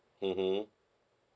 mmhmm